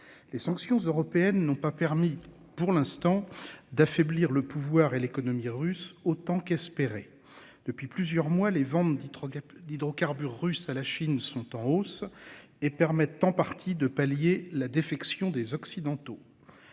Les sanctions européennes n'ont pas permis pour l'instant d'affaiblir le pouvoir et l'économie russe autant qu'espéré. Depuis plusieurs mois les vendredi trop d'hydrocarbures russes à la Chine sont en hausse et permettent en partie de pallier la défection des Occidentaux.